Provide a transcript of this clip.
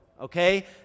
okay